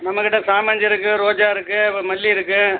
நம்மகிட்ட சாமந்தி இருக்குது ரோஜா இருக்குது மல்லி இருக்குது